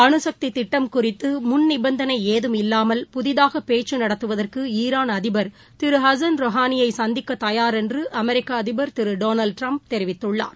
அனுசக்திதிட்டம் குறித்தமுன் நிபந்தனைஏதும் இல்லாமல் புதிதாகபேச்சுநடத்துவதற்குஈரான் அதிபர் திருஹசன் ரொஹானியைசந்திக்கதபார் என்றுஅமெரிக்கஅதிபர் திருடொனால்ட் டிரம்ப் தெரிவித்துள்ளார்